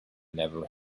never